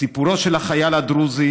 סיפורו של החייל הדרוזי